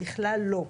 בכלל לא.